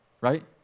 right